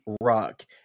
Rock